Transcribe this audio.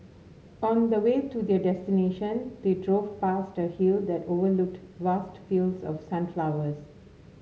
on the way to their destination they drove past a hill that overlooked vast fields of sunflowers